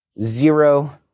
Zero